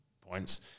points